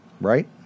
Right